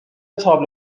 تابلو